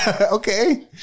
Okay